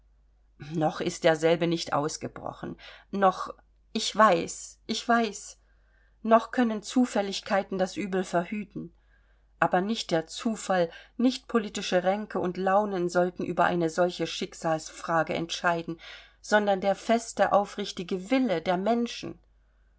noch ist derselbe nicht ausgebrochen noch ich weiß ich weiß noch können zufälligkeiten das übel verhüten aber nicht der zufall nicht politische ränke und launen sollten über eine solche schicksalsfrage entscheiden sondern der feste aufrichtige wille der menschen